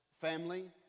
family